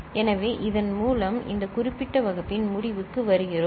எனவே இதன் மூலம் இந்த குறிப்பிட்ட வகுப்பின் முடிவுக்கு வருகிறோம்